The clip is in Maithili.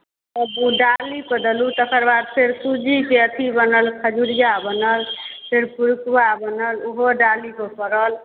तब ओ डालीपर देलहुँ तकर बाद फेर सूजीके अथी बनल खजुरिआ बनल फेरो पिड़ुकिआ बनल ओहो डालीपर पड़ल